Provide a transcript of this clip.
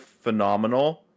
phenomenal